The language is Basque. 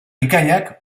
bikainak